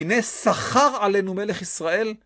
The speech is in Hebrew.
הנה שכר עלינו מלך ישראל.